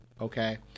Okay